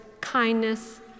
kindness